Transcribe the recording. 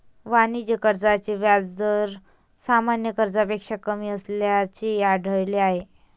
वाणिज्य कर्जाचे व्याज दर सामान्य कर्जापेक्षा कमी असल्याचे आढळले आहे